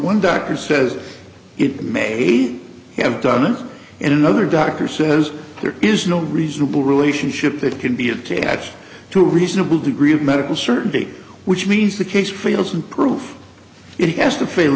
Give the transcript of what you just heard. one doctor says it may have done him and another doctor says there is no reasonable relationship that can be attached to a reasonable degree of medical certainty which means the case feels and proof it has to fail